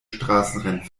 straßenrennen